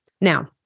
Now